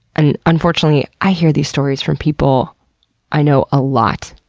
and unfortunately, i hear these stories from people i know a lot.